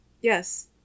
yes